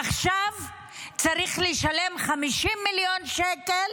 עכשיו צריך לשלם 50 מיליון שקל